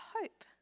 hope